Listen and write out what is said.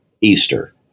Easter